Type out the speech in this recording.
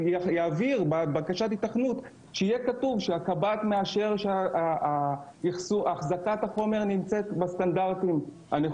לעשות מחקר בתחום הזה כמו שאני רגיל לעשות מחקרים.